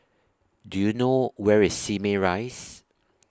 Do YOU know Where IS Simei Rise